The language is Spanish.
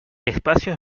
espacios